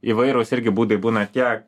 įvairūs irgi būdai būna tie